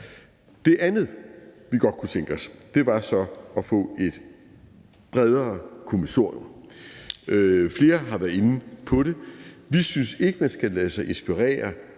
Det andet, vi godt kunne tænke os, var så at få et bredere kommissorium. Flere har været inde på det. Vi synes ikke, at man skal lade sig inspirere